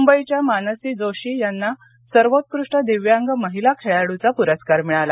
मुंबईच्या मानसी जोशी यांना सर्वोत्कृष्ट दिव्यांग महिला खेळाडुचा पुरस्कार मिळाला